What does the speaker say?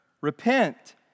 repent